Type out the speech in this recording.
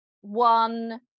one